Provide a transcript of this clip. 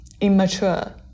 immature